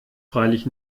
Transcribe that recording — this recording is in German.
freilich